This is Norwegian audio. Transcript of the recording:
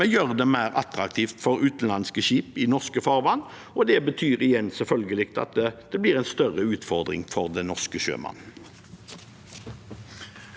gjør det mer attraktivt for utenlandske skip i norske farvann. Det igjen betyr selvfølgelig en større utfordring for den norske sjømannen.